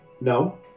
no